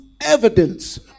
evidence